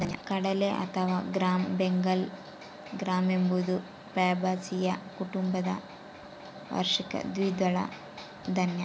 ಕಡಲೆ ಅಥವಾ gram Bengal gram ಎಂಬುದು ಫ್ಯಾಬಾಸಿಯ ಕುಟುಂಬದ ವಾರ್ಷಿಕ ದ್ವಿದಳ ಧಾನ್ಯ